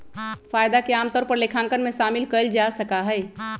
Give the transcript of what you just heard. फायदा के आमतौर पर लेखांकन में शामिल कइल जा सका हई